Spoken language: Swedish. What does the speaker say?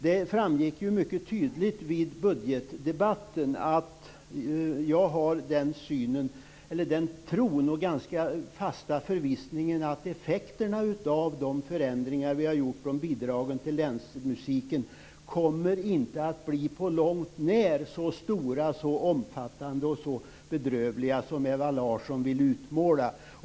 Det framgick ju mycket tydligt vid budgetdebatten att jag har den tron och ganska fasta förvissningen att effekterna av de förändringar vi har gjort när det gäller bidragen till länsmusiken inte kommer att bli på långt när så stora, omfattande och bedrövliga som Ewa Larsson vill utmåla.